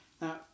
Now